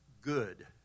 good